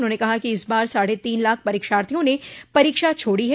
उन्होंने कहा कि इस बार साढ़े तीन लाख परीक्षार्थियों ने परीक्षा छोड़ी है